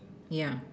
yeah